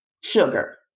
sugar